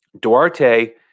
Duarte